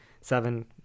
Seven